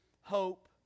hope